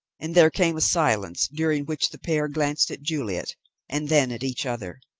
and there came a silence, during which the pair glanced at juliet and then at each other.